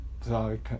Sorry